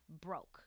broke